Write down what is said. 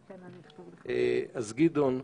אז, גדעון,